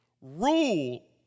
Rule